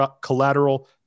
collateral